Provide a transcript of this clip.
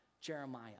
Jeremiah